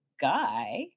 Guy